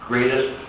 Greatest